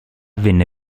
venne